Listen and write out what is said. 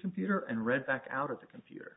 computer and read back out of the computer